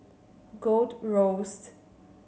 Gold Roast